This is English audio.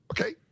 okay